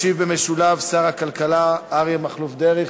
ישיב במשולב שר הכלכלה אריה מכלוף דרעי.